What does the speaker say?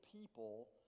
people